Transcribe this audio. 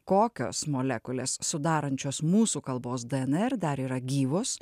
kokios molekulės sudarančios mūsų kalbos dnr dar yra gyvos